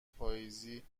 پاییزی